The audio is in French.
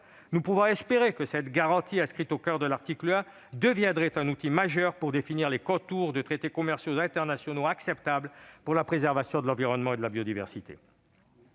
Aussi, inscrire cette garantie au coeur de l'article 1 pourrait devenir un outil majeur pour définir les contours de traités commerciaux internationaux acceptables pour la préservation de l'environnement et de la biodiversité.